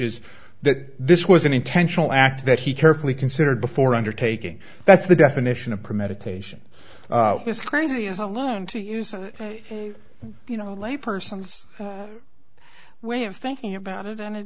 that this was an intentional act that he carefully considered before undertaking that's the definition of premeditation is crazy is alone to use a you know lay person's way of thinking about it and it